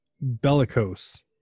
bellicose